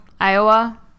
Iowa